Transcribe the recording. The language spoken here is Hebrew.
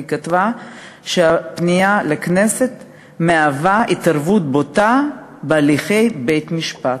היא כתבה שהפנייה לכנסת מהווה התערבות בוטה בהליכי בית-המשפט.